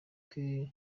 twe